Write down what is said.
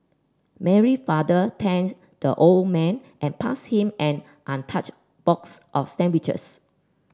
Mary father thanked the old man and passed him an untouched box of sandwiches